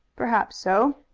perhaps so,